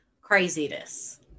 Craziness